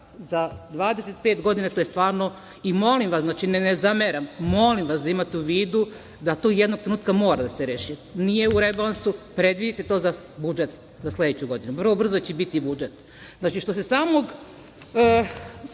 za 25 godina to je stvarno…Ne zameram, ali vas molim da imate u vidu da to jednog trenutka mora da se reši. Nije u rebalansu, ali predvidite to za budžet za sledeću godinu. Vrlo brzo će biti i budžet. Što